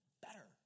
better